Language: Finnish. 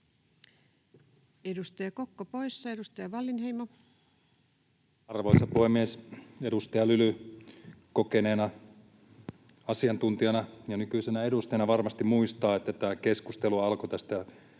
vuodelle 2025 Time: 20:42 Content: Arvoisa puhemies! Edustaja Lyly kokeneena asiantuntijana ja nykyisenä edustajana varmasti muistaa, että tämä keskustelu alkoi tästä